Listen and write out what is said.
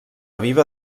viva